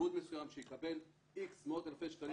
איגוד מסוים שיקבל איקס מאות אלפי שקלים